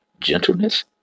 gentleness